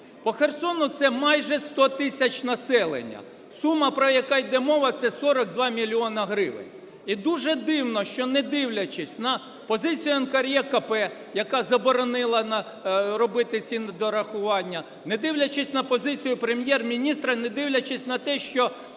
По Херсону це майже 100 тисяч населення. Сума, про яку йде мова, це 42 мільйони гривень. І дуже дивно, що, не дивлячись на позицію НКРЕКП, яка заборонила робити ці дорахування, не дивлячись на позицію Прем’єр-міністра, не дивлячись на те, що